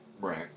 right